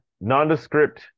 nondescript